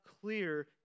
clear